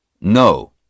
No